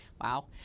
Wow